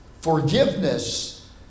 Forgiveness